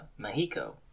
Mahiko